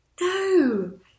No